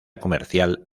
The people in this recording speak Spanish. comercial